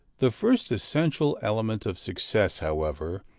the first essential element of success, however,